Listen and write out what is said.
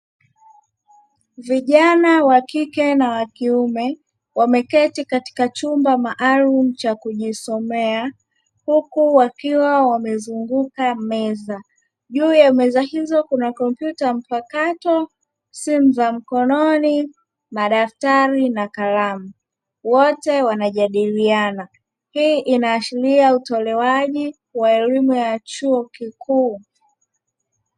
Vijana wakike na wakiume wameketi katika chumba maalumu cha kujisomea huku wakiwa wamezunguka meza. Juu ya meza hizo kuna kompyuta mpakato, simu za mkononi, madaftari na kalamu wote wanajadiliana. Hii inaashiria utolewaji elimu ya chuo kikuu.